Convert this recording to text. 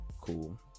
cool